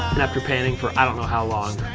and after panning for i don't know how long,